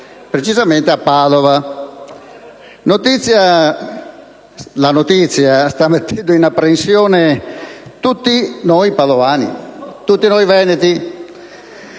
a Padova. La notizia sta mettendo in apprensione tutti noi padovani, tutti noi veneti.